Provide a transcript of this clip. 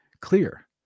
clear